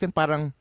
parang